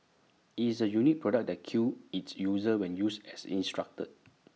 IT is A unique product that kills its user when used as instructed